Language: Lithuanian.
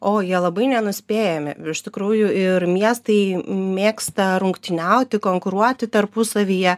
o jie labai nenuspėjami virš tikrųjų ir miestai mėgsta rungtyniauti konkuruoti tarpusavyje